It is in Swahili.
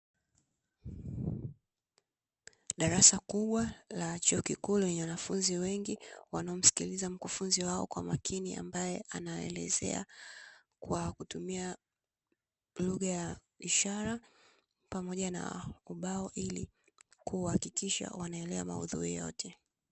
Darasa kubwa la chuo kikuu lenye wanafunzi wengi wanaomsikiliza mkufunzi wao kwa makini, ambaye anawaeleza kwa kutumia lugha ya ishara pamoja na ubao, ili kuhakikisha wanaelewa maudhui yote.